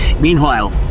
Meanwhile